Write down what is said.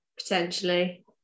Potentially